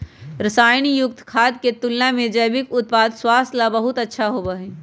रसायन युक्त खाद्य के तुलना में जैविक उत्पाद स्वास्थ्य ला बहुत अच्छा होबा हई